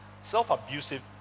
self-abusive